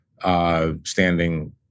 Standing